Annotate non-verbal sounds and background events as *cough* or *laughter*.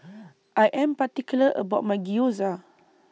*noise* I Am particular about My Gyoza